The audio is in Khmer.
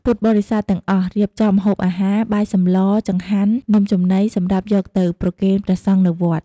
ពុទ្ធបរិស័ទទាំងអស់ រៀបចំម្ហូបអាហារ បាយសម្ល ចង្ហាន់ នំចំណី សម្រាប់យកទៅប្រគេនព្រះសង្ឃនៅវត្ត។